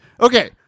Okay